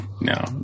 no